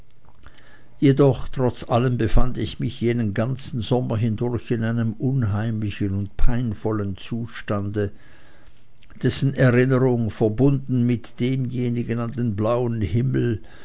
jedoch trotz allem befand ich mich jenen ganzen sommer hindurch in einem unheimlichen und peinvollen zustande dessen erinnerung verbunden mit derjenigen an den blauen himmel